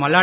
Malladi